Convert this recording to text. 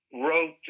wrote